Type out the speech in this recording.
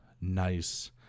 nice